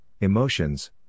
emotions